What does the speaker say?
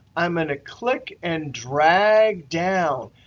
i'm going to click and drag down.